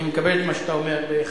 אני מקבל את מה שאתה אומר בכבוד,